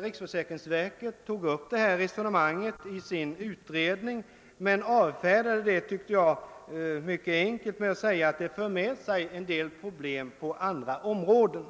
Riksförsäkringsverket tog upp frågan om en ny invaliditetsgrad i sin utredning men avfärdade den alltför enkelt med att säga, att en sådan lösning för med sig en del problem på andra områden.